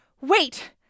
wait